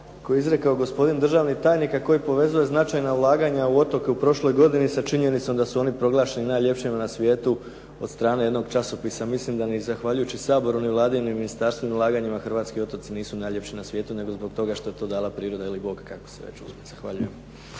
koji je izrekao gospodin državni tajnik, a koji povezuje značajna ulaganja u otoke u prošloj godini sa činjenicom da su oni proglašeni najljepšima na svijetu od strane jednog časopisa. Mislim da ni zahvaljujući ni Saboru ni Vladi ni ministarstvu ni ulaganjima hrvatski otoci nisu najljepši na svijetu, nego zbog toga što je to dala priroda ili Bog, kako se već uzme. Zahvaljujem.